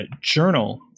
journal